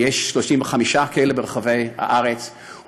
ויש 35 כאלה ברחבי הארץ,